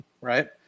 right